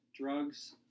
drugs